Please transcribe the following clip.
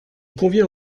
convient